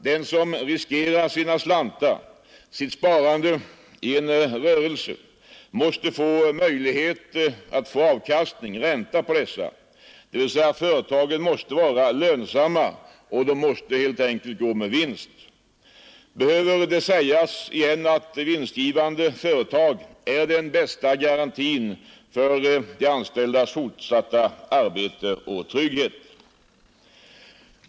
Den som riskerar sina slantar, sitt sparande i en rörelse, måste få möjlighet att få avkastning/ränta på dessa, dvs. företagen måste vara lönsamma, de måste gå med vinst. Behöver det sägas igen att vinstgivande företag är den bästa garantin för de anställdas fortsatta arbete och trygghet.